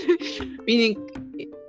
Meaning